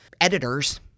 editors